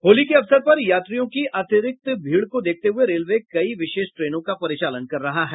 होली के अवसर पर यात्रियों की अतिरिक्त भीड़ को देखते हुए रेलवे कई विशेष ट्रेनों का परिचालन कर रहा है